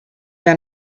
der